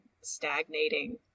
stagnating